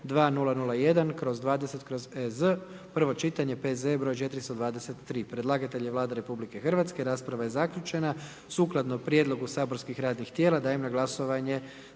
Zakona o vinu, prvo čitanje P.Z.E. broj 430. Predlagatelj je Vlada RH, rasprava je zaključena. Sukladno prijedlogu saborskih radnih tijela, dajem na glasovanje